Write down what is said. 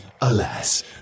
alas